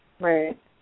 Right